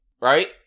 right